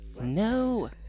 No